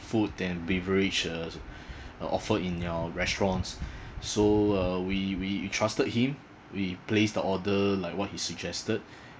food and beverage uh offered in your restaurants so uh we we we trusted him we placed the order like what he suggested